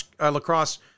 Lacrosse